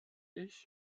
ich